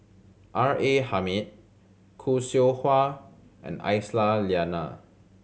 R A Hamid Khoo Seow Hwa and Aisyah Lyana